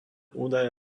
údaje